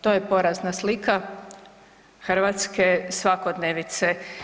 To je porazna slika hrvatske svakodnevnice.